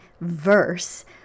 verse